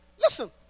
Listen